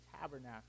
tabernacle